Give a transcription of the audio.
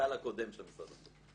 המנכ"ל הקודם של משרד החקלאות.